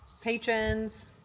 Patrons